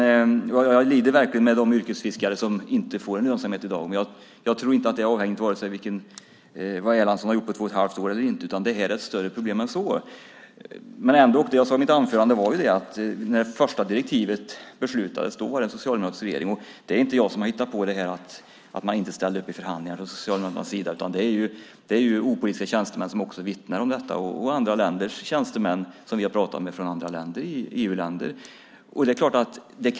Jag lider verkligen med de yrkesfiskare som inte får någon lönsamhet i dag, men jag tror inte att det är avhängigt av vad Erlandsson har gjort på två och ett halvt år eller inte, utan det här är ett större problem än så. Det jag sade i mitt anförande var att när beslut fattades om det första direktivet var det en socialdemokratisk regering. Det är inte jag som har hittat på att man inte ställde upp i förhandlingarna från Socialdemokraternas sida, utan även opolitiska tjänstemän vittnar om detta liksom tjänstemän från andra EU-länder som vi har pratat med.